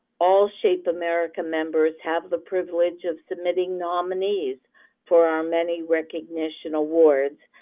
all shape america members have the privilege of submitting nominees for our many recognition awards,